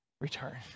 return